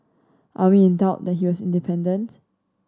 are we in doubt that he was independent